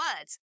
words